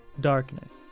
darkness